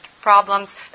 problems